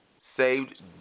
Saved